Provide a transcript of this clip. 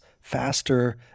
faster